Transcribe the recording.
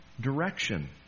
direction